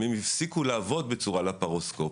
הם הפסיקו לעבוד בצורה לפרוסקופית.